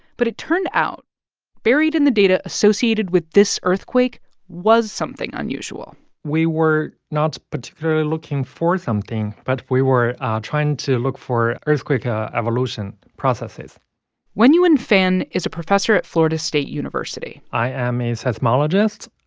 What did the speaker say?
but it turned out buried in the data associated with this earthquake was something unusual we were not particularly looking for something, but we were trying to look for earthquake ah evolution processes wenyuan fan is a professor at florida state university i am a seismologist,